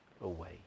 away